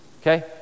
Okay